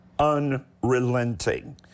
unrelenting